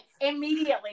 immediately